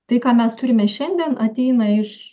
tai ką mes turime šiandien ateina iš